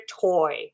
toy